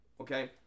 Okay